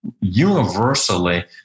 universally